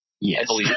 Yes